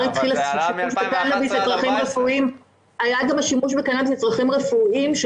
התחיל סוג של שימוש בקנאביס לצרכים רפואיים,